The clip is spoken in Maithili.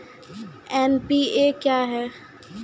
एन.पी.ए क्या हैं?